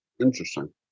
Interesting